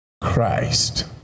Christ